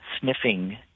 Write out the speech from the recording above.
sniffing